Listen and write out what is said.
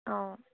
অঁ